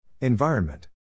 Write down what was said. Environment